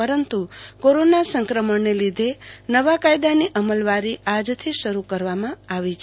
પરંતુ કોરોના સંક્રમણ લીધે નવા કાયદાની અમલવારી આજથી શરૂ કરવામાં આવી છે